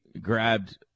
grabbed